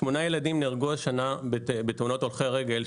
שמונה ילדים נהרגו השנה בתאונות הולכי רגל,